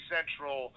Central